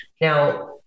Now